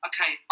Okay